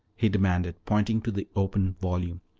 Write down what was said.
he demanded, pointing to the open volume.